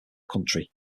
county